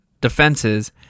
defenses